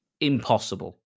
impossible